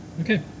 Okay